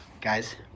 Guys